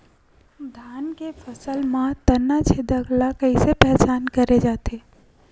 धान के फसल म तना छेदक ल कइसे पहचान करे जाथे?